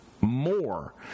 more